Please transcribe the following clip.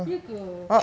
ya ke